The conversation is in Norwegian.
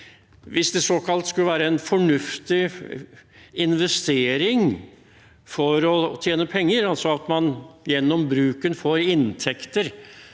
være en såkalt fornuftig investering for å tjene penger, altså at man gjennom bruken får inntekter